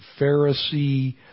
Pharisee